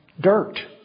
dirt